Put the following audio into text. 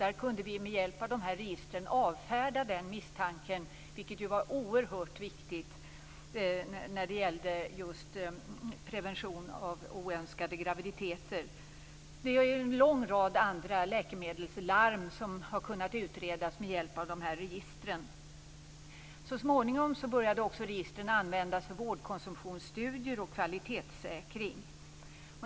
Vi kunde med hjälp av de här registren avfärda den misstanken, vilket var oerhört viktigt när det gällde prevention av oönskade graviditeter. En lång rad andra läkemedelslarm har kunnat utredas med hjälp av de här registren. Så småningom började registren också användas för vårdkonsumtionsstudier och kvalitetssäkring.